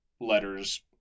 letters